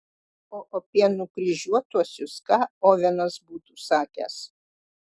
o apie nukryžiuotuosius ką ovenas būtų sakęs